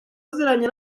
aziranye